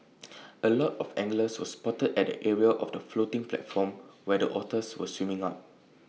A lot of anglers were spotted at the area of the floating platform where the otters were swimming up